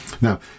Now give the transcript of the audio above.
Now